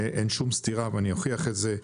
אין שום סתירה ואני אוכיח את זה,